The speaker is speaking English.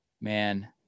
man